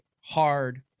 hard